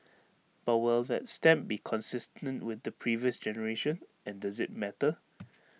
but will that stamp be consistent with the previous generation and does IT matter